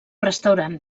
restaurant